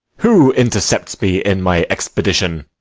who intercepts me in my expedition?